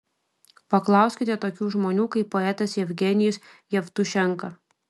paklauskite tokių žmonių kaip poetas jevgenijus jevtušenka